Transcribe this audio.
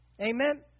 Amen